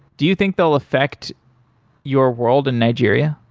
do you think they'll affect your world in nigeria?